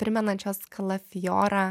primenančios kalafijorą